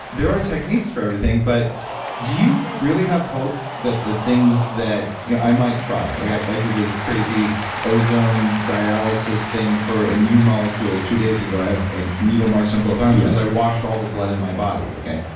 there are techniques for everything but do you really have hope that the things that you know i might try, like i i did this crazy ozone dialysis thing for immune molecules two days ago. i have like needle marks on both arms, because i washed all the blood in my body, okay.